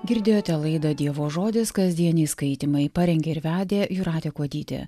girdėjote laidą dievo žodis kasdieniai skaitymai parengė ir vedė jūratė kuodytė